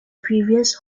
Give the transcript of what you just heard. previous